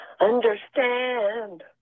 understand